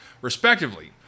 respectively